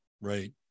right